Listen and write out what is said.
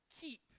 keep